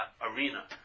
arena